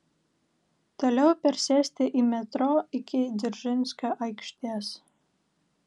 toliau persėsti į metro iki dzeržinskio aikštės